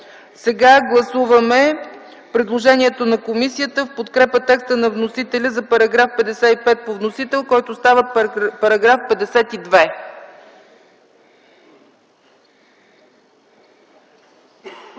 на гласуване предложението на комисията в подкрепа текста на вносителя за § 55 по вносител, който става § 52.